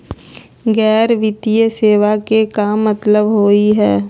गैर बैंकिंग वित्तीय सेवाएं के का मतलब होई हे?